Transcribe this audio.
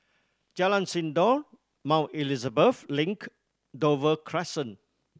Jalan Sindor Mount Elizabeth Link Dover Crescent